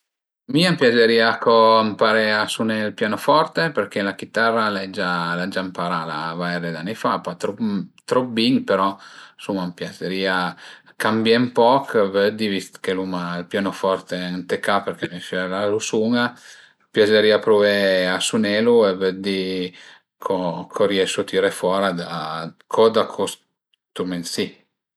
Mi a m'piazerìa co ëmparé a suné ël pianoforte perché la chitara l'ai gia l'ai gia ëmparala vaire d'ani fa, pa trop bin però, ënsuma a m'piazerìa cambié ën poch, vëddi vist che l'uma ël pianoforte ën ca perché me fiöl a lu sun-a, a m'piazerìa pruvé a sunelu për vëddi co riesu a tiré fora da co da cust strüment si